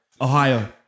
Ohio